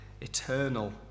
eternal